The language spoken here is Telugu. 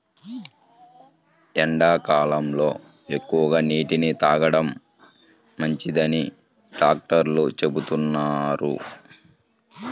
ఎండాకాలంలో ఎక్కువగా నీటిని తాగడం మంచిదని డాక్టర్లు చెబుతున్నారు